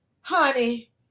honey